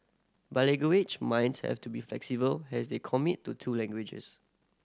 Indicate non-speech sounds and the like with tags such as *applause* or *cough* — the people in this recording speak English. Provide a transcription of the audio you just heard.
*unintelligible* minds have to be flexible has they commit to two languages